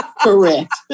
Correct